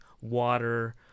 water